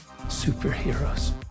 Superheroes